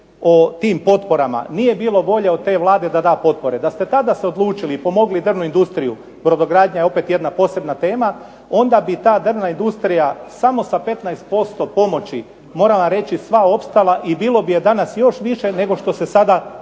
o tim potporama, nije bilo volje od te Vlade da da potpore. Da ste se tada odlučili i pomogli drvnu industriju, brodogradnja je opet jedna posebna tema, onda bi ta drvna industrija samo sa 15% pomoći morala reći sva opstala i bilo bi je danas još više nego što se sada diže